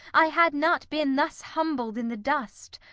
i had not been thus humbled in the dust,